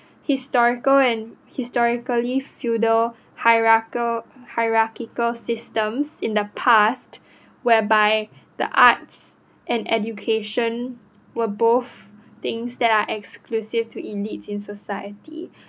historical and historically feudal hierarchal~ hierarchical systems in the past whereby the arts and education were both things that are exclusive to elites in society